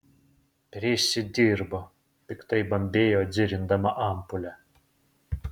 prisidirbo piktai bambėjo dzirindama ampulę